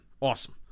awesome